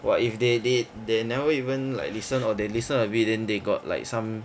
!wah! if they they they never even like listen or they listen a bit then they got like some